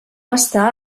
està